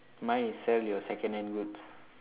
mine is sell your secondhand goods